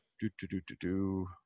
do-do-do-do-do